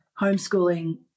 homeschooling